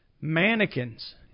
mannequins